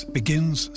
begins